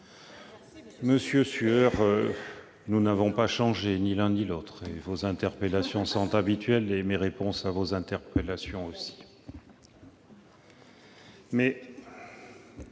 Monsieur Sueur, nous n'avons pas changé, ni l'un ni l'autre ; vos interpellations sont habituelles et mes réponses à vos interpellations